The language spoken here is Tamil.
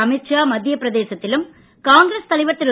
அமித் ஷா மத்திய பிரதேசத்திலும் காங்கிரஸ் தலைவர் திரு